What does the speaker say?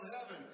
heaven